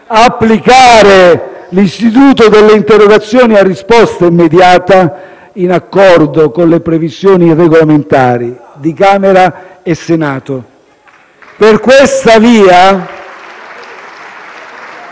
utilizzare l'istituto delle interrogazioni a risposta immediata in accordo con le previsioni regolamentari di Camera e Senato. *(Applausi